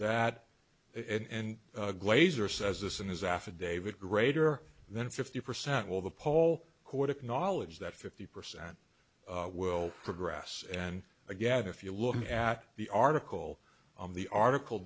it and glazer says this in his affidavit greater than fifty percent while the poll quarter knowledge that fifty percent will progress and again if you look at the article on the article